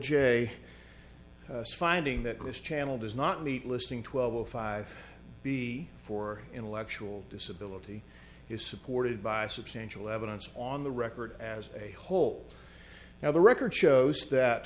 jay finding that this channel does not meet listing twelve o five b for intellectual disability is supported by substantial evidence on the record as a whole now the record shows that